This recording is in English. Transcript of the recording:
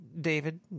David